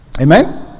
Amen